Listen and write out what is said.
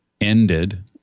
ended